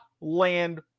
land